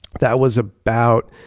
that was about,